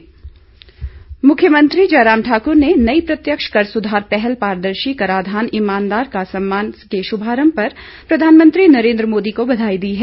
बधाई मुख्यमंत्री जय राम ठाकूर ने नई प्रत्यक्ष कर सुधार पहल पारदर्शी कराधान ईमानदार का सम्मान के शुभारंभ पर प्रधानमंत्री नरेंद्र मोदी को बधाई दी है